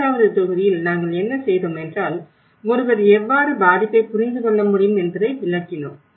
இரண்டாவது தொகுதியில் நாங்கள் என்ன செய்தோம் என்றால் ஒருவர் எவ்வாறு பாதிப்பை புரிந்து கொள்ள முடியும் என்பதை விளக்கினோம்